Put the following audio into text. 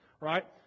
right